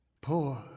Poor